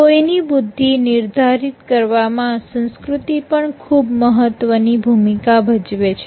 કોઈની બુદ્ધિ નિર્ધારિત કરવામાં સંસ્કૃતિ પણ ખુબ મહત્વની ભૂમિકા ભજવે છે